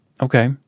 Okay